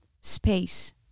space